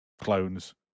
clones